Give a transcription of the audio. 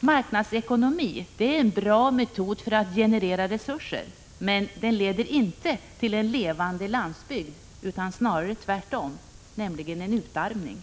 Marknadsekonomi är en bra metod för att generera resurser, men den leder inte till en levande landsbygd, utan snarare tvärtom, nämligen till en utarmning.